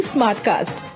Smartcast